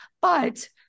But-